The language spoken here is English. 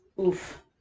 Oof